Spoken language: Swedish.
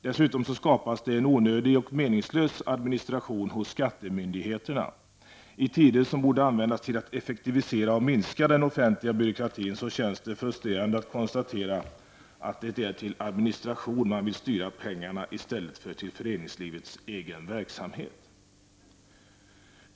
Dessutom skapas det en onödig och meningslös administration hos skattemyndigheterna. I tider som borde användas till att effektivisera och minska den offentliga byråkratin så känns det frustrerande att konstatera att det är till administration man vill styra pengarna i stället för till föreningslivets egen verksamhet.